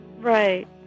Right